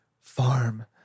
farm